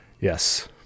Yes